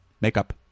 Makeup